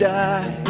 die